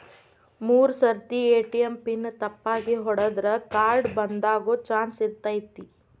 ಮೂರ್ ಸರ್ತಿ ATM PIN ತಪ್ಪಾಗಿ ಹೊಡದ್ರ ಕಾರ್ಡ್ ಬಂದಾಗೊ ಚಾನ್ಸ್ ಇರ್ತೈತಿ